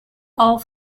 all